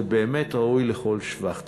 זה באמת ראוי לכל שבח.